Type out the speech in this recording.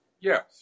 yes